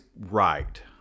right